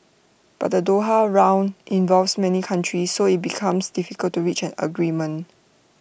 but the Doha round involves many countries so IT becomes difficult to reaching A agreement